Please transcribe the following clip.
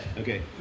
Okay